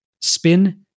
spin